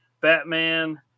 Batman